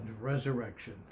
resurrection